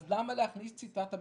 אז למה להכניס ציטטה מסורבלת?